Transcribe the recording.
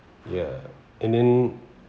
ya and then